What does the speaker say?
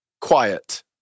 Quiet